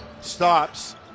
Stops